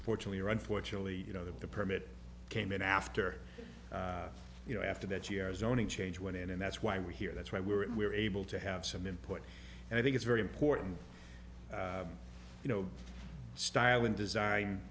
fortunately or unfortunately you know that the permit came in after you know after that years owning change went in and that's why we're here that's why we were able to have some input and i think it's very important you know style and design